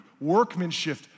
workmanship